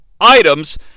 items